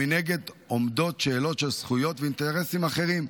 מנגד, עומדות שאלות של זכויות ואינטרסים אחרים,